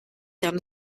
down